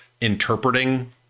interpreting